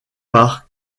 par